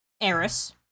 Eris